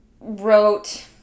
wrote